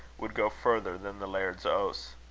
would go further than the laird's oaths.